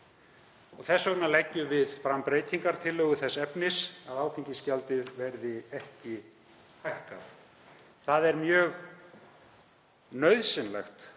Þess vegna leggjum við fram breytingartillögu þess efnis að áfengisgjaldið verði ekki hækkað. Það er nauðsynlegt